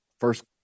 first